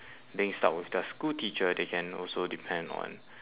being stuck with their school teacher they can also depend on